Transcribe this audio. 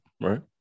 right